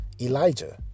elijah